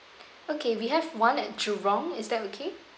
okay we have one at Jurong is that okay